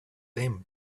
them